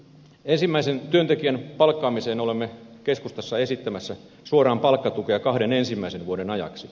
ensimmäisen työntekijän palkkaamiseen olemme keskustassa esittämässä suoraan palkkatukea kahden ensimmäisen vuoden ajaksi